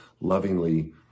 lovingly